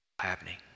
happening